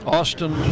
Austin